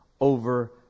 over